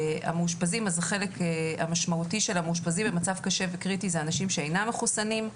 אז החלק המשמעותי של המאושפזים במצב קשה וקריטי זה אנשים שאינם מחוסנים.